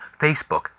Facebook